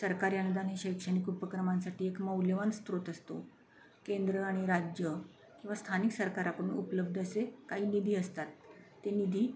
सरकारी अनुदान हे शैक्षणिक उपक्रमांसाठी एक मौल्यवान स्त्रोत असतो केंद्र आणि राज्य किंवा स्थानिक सरकार आपण उपलब्ध असे काही निधी असतात ते निधी